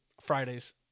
Fridays